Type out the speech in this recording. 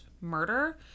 murder